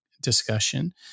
discussion